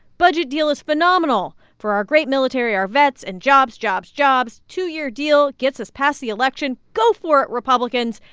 budget deal is phenomenal for our great military, our vets and jobs, jobs, jobs. two-year deal gets us past the election. go for it, republicans.